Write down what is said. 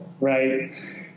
right